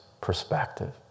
perspective